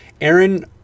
Aaron